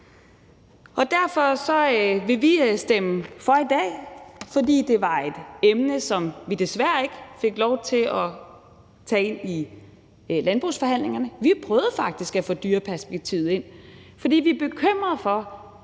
Derfor vil vi stemme for i dag. Det var nemlig et emne, som vi desværre ikke fik lov til at tage ind i landbrugsforhandlingerne. Vi prøvede faktisk at få dyreperspektivet ind, for vi er bekymret for,